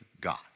God